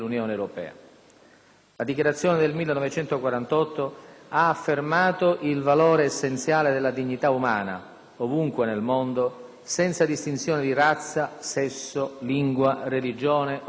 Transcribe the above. La Dichiarazione del 1948 ha affermato il valore essenziale della dignità umana, ovunque nel mondo, senza distinzione di razza, sesso, lingua, religione o opinione,